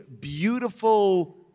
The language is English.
beautiful